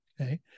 Okay